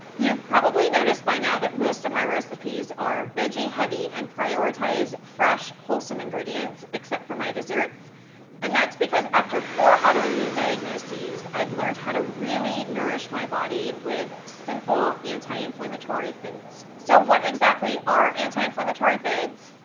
you've probably noticed by now that most of my recipes are veggie heavy and prioritize fresh, wholesome ingredients except for my deserts and that's because after four autoimmune diagnosis, i've learned how to really nourish my body with simple, anti-inflammatory foods. so what exactly are anti-inflammatory foods?